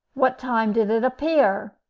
what time did it appear?